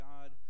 God